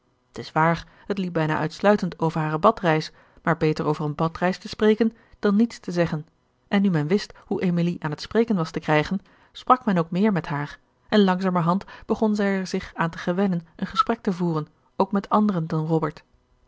t is waar het liep bijna uitsluitend over hare badreis maar beter over eene badreis te spreken dan niets te zeggen en nu men wist hoe emilie aan het spreken was te krijgen sprak men ook meer met haar en langzamerhand begon zij er zich aan te gewennen een gesprek te voeren ook met anderen dan robert